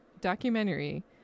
documentary